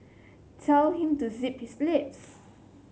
tell him to zip his lips